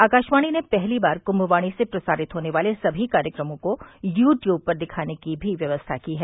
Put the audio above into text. आकाशवाणी ने पहली बार कुंभवाणी से प्रसारित होने वाले सभी कार्यक्रमों को यू ट्यूब पर दिखाने की भी व्यवस्था की है